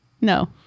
no